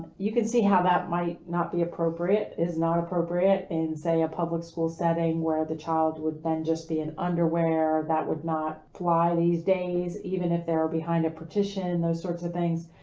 you can see how that might not be appropriate is not appropriate in say a public school setting where the child would then just be an underwear that would not fly these days even if they're behind a partition. those sorts of things.